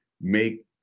make